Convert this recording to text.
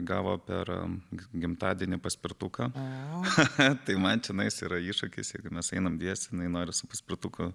gavo per gimtadienį paspirtuką tai man čianais yra iššūkis jeigu mes einam dviese jinai nori su paspirtuku